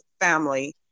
family